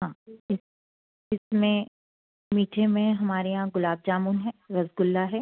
हाँ ठीक इसमें मीठे में हमारे यहाँ गुलाब जामुन है रसगुल्ला है